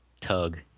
tug